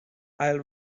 i’ll